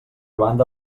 banda